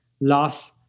loss